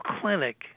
Clinic